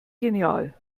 genial